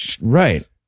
Right